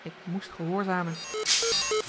ik moest gehoorzamen